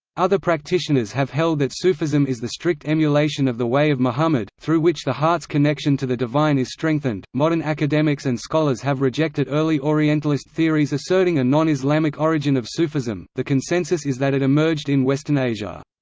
other practitioners have held that sufism is the strict emulation of the way of muhammad, through which the heart's connection to the divine is strengthened modern academics and scholars have rejected early orientalist theories asserting a non-islamic origin of sufism, the consensus is that it emerged in western asia.